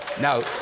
now